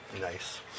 Nice